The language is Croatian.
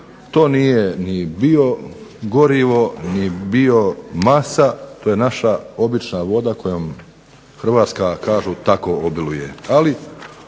to nije ni biogorivo, ni biomasa, to je obična voda kojom kako kažu Hrvatska tako obiluje.